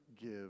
give